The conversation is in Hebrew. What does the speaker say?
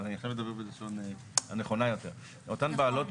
אני עכשיו מדבר בלשון הנכונה יותר גננות,